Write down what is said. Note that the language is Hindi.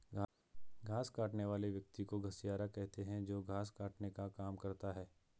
घास काटने वाले व्यक्ति को घसियारा कहते हैं जो घास काटने का काम करता है